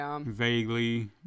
Vaguely